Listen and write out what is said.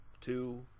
two